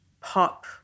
pop